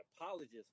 apologist